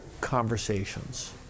conversations